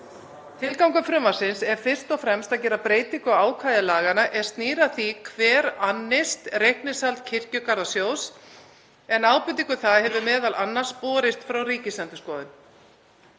Tilgangur frumvarpsins er fyrst og fremst að gera breytingu á ákvæði laganna er snýr að því hver annist reikningshald Kirkjugarðasjóðs, en ábendingu um það hefur m.a. borist frá Ríkisendurskoðun.